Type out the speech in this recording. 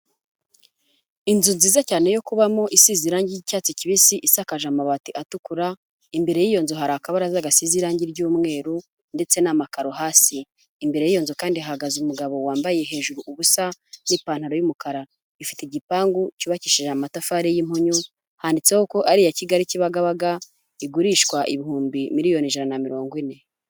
Inzu nziza cyane yo kubamo isizira ry'icyatsi kibisi, isakaje amabati atukura, imbere y'iyozu hari akabaraza gasi irangi ry'umweru ndetse n'amakaro hasi. Imbere y'inyozu kandi ihagaze umugabo wambaye hejuru ubusa n'ipantaro y'umukara. Ifite igipangu cyubakishije amatafari y'impunyu, handitseho ko ari iya Kigali kibagabaga, igurishwa ibihumbi miliyoni ijana na mirongo ine.